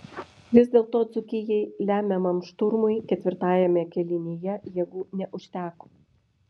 vis dėlto dzūkijai lemiamam šturmui ketvirtajame kėlinyje jėgų neužteko